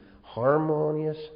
Harmonious